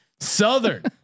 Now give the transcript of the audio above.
Southern